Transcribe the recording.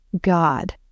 God